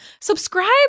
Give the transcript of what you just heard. subscribe